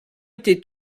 été